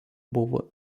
buvo